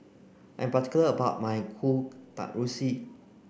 I'm particular about my Kueh